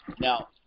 Now